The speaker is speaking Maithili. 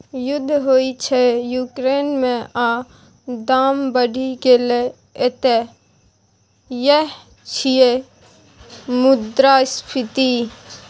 युद्ध होइ छै युक्रेन मे आ दाम बढ़ि गेलै एतय यैह छियै मुद्रास्फीति